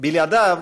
בלעדיו